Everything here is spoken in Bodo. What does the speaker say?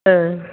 ओं